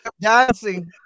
dancing